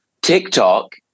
TikTok